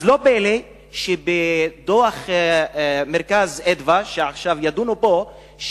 לא פלא שבדוח "מרכז אדוה", שעכשיו ידונו בו,